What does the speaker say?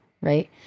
right